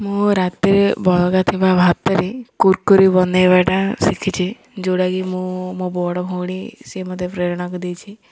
ମୁଁ ରାତିରେ ବଳକା ଥିବା ଭାତରେ କୁୁରକୁରି ବନାଇବାଟା ଶିଖିଛି ଯେଉଁଟାକି ମୁଁ ମୋ ବଡ଼ ଭଉଣୀ ସିଏ ମୋତେ ପ୍ରେରଣାକୁ ଦେଇଛି